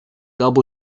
and